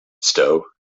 sto